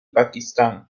pakistán